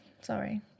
sorry